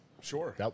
sure